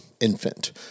infant